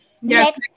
Yes